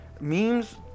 Memes